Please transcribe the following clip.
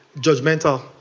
judgmental